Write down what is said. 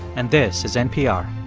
and this is npr